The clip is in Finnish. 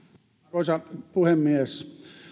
arvoisa puhemies